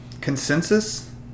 Consensus